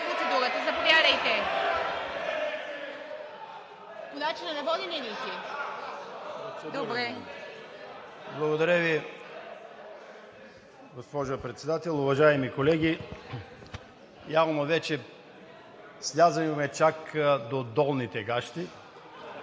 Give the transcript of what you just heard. Благодаря, госпожо Председател. Уважаеми колеги, явно вече слязохме до долните гащи,